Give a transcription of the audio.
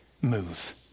move